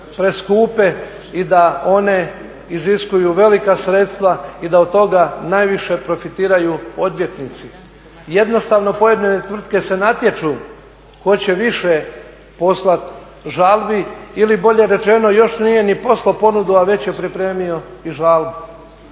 i da one iziskuju velika sredstva i da od toga najviše profitiraju odvjetnici. Jednostavno pojedine tvrtke se natječu tko će više poslat žalbi ili bolje rečeno još nije ni poslao ponudu, a već je pripremio i žalbu.